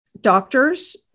Doctors